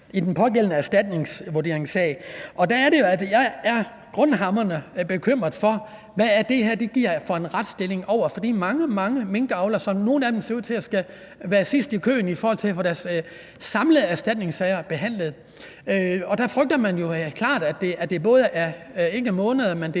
i den pågældende erstatningsvurderingssag. Der er jeg grundlæggende bekymret for, hvad det her giver for retsstilling for de mange, mange minkavlere. Der er nogle af dem, der ser ud til at stå sidst i køen i forhold til at få deres samlede erstatningssag behandlet, hvor man klart frygter, at det ikke er måneder,